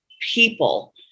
people